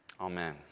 Amen